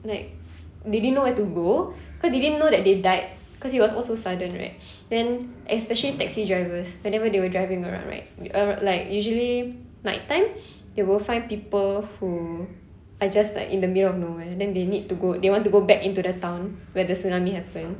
like they didn't know where to go cause they didn't know that they died cause it was all so sudden right then especially taxi drivers whenever they were driving around right err like usually nighttime they will find people who are just like in the middle of nowhere then they need to go they want to go back into the town where the tsunami happen